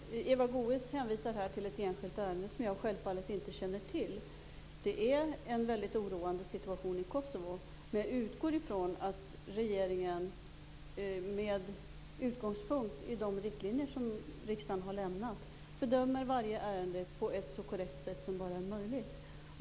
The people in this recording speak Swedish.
Fru talman! Eva Goës hänvisar här till ett enskilt ärende, som jag självfallet inte känner till. Det är en väldigt oroande situation i Kosovo, men jag utgår från att regeringen, med utgångspunkt i de riktlinjer som riksdagen har lämnat, bedömer varje ärende på ett så korrekt sätt som bara är möjligt.